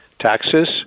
taxes